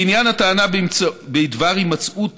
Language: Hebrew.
לעניין הטענה בדבר הימצאות